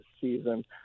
season